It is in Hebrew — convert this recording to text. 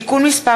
(תיקון מס'